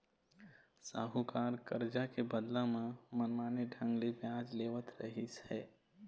साहूकार करजा के बदला म मनमाने ढंग ले बियाज लेवत रहिस हे